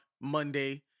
Monday